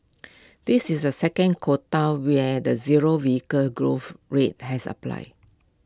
this is the second quota where the zero vehicle growth rate has applied